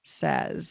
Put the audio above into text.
says